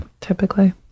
Typically